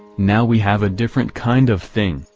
now we have a different kind of thing,